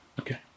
Okay